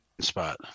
spot